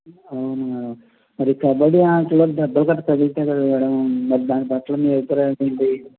అవునా మేడం మరి కబడ్డీ ఆటలో దెబ్బలు కూడా తగులుతాయి కదా మేడం మరి దాని పట్ల మీ అభిప్రాయం ఏంటి